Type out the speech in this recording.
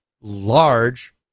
large